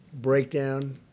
breakdown